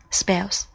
spells